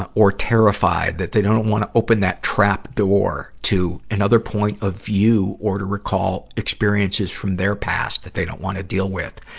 ah or terrified, that they don't wanna open that trap door to another point of view or to recall experiences from their past they don't wanna deal with,